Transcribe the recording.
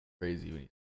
crazy